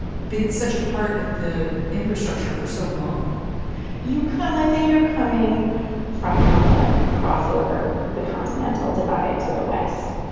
been such a part of the infrastructure for so long you come with you're coming from helena and you cross over the continental divide to the west.